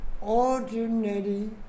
ordinary